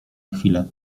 chwilę